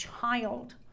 child